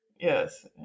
yes